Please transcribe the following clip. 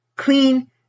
clean